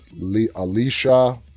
Alicia